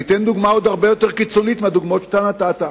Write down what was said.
אני אתן דוגמה עוד הרבה יותר קיצונית מהדוגמאות שאתה נתת.